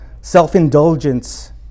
self-indulgence